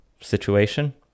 situation